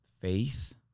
faith